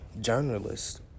journalist